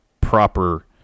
proper